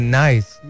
nice